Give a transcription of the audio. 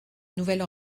nouvelle